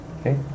Okay